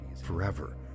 forever